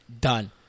Done